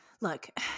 look